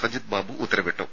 സജിത് ബാബു ഉത്തരവിട്ടു